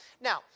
Now